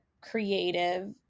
creative